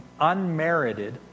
unmerited